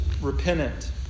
repentant